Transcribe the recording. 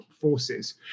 forces